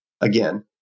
again